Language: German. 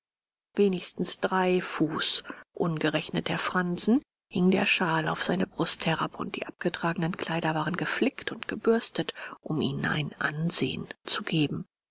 wenigstens drei fuß ungerechnet der fransen hing der shawl auf seine brust herab und die abgetragnen kleider waren geflickt und gebürstet um ihnen ein ansehen zu geben